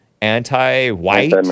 anti-white